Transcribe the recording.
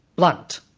blunt,